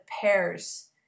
pairs